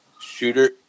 shooter